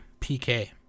PK